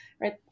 right